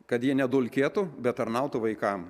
kad jie nedulkėtų bet tarnautų vaikam